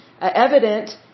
evident